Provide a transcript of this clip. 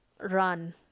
run